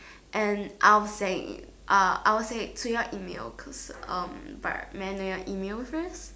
and I will say uh I will say clear email cause um by right may I know your email first